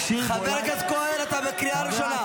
חבר הכנסת כהן, אתה בקריאה ראשונה.